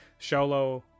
Sholo